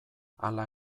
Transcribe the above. hala